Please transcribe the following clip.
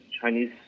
Chinese